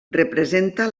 representa